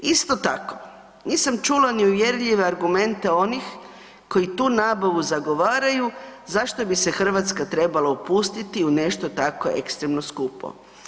Isto tako, nisam čula ni uvjerljive argumente onih koji tu nabavu zagovaraju zašto bi se Hrvatska trebala upustiti u nešto tako ekstremno skupo.